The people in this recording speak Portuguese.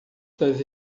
das